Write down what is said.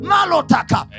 Malotaka